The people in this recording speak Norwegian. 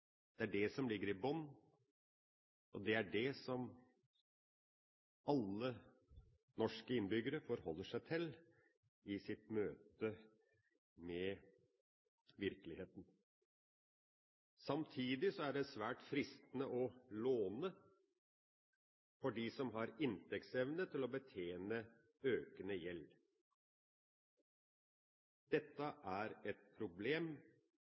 det er det som ligger i bånn, og det er det som alle norske innbyggere forholder seg til i sitt møte med virkeligheten. Samtidig er det svært fristende å låne for dem som har inntektsevne til å betjene økende gjeld. Dette er et problem.